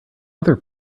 other